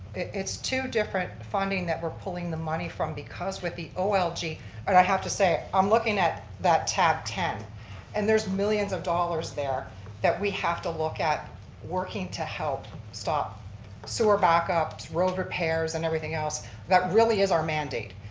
it's two different funding that we're pulling the money from because with the olg, and i have to say, i'm looking at that tab ten and there's millions of dollars there that we have to look at working to help stop so sewers backups, road repairs and everything else that really is our mandate.